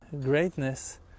greatness